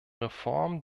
reform